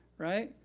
right?